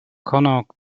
connaught